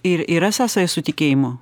ir yra sąsaja su tikėjimu